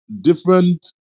different